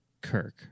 Kirk